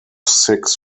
six